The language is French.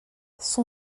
son